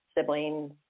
siblings